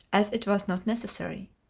as it was not necessary.